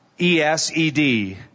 E-S-E-D